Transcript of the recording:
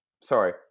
sorry